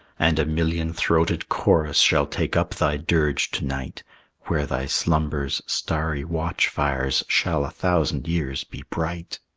and a million-throated chorus shall take up thy dirge to-night where thy slumber's starry watch-fires shall a thousand years be bright.